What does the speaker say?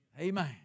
Amen